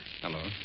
Hello